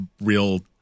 real